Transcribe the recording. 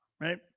right